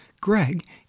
Greg